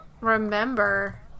remember